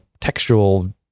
textual